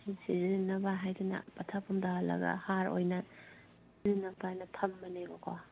ꯁꯤꯖꯤꯟꯅꯅꯕ ꯍꯥꯏꯗꯨꯅ ꯄꯠꯊ ꯄꯨꯝꯊꯍꯜꯂꯒ ꯍꯥꯔ ꯑꯣꯏꯅ ꯁꯤꯖꯤꯟꯅꯅꯕ ꯍꯥꯏꯅ ꯊꯝꯕꯅꯦꯕꯀꯣ